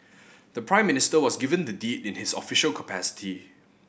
the Prime Minister was given the deed in his official capacity